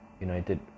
United